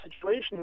situation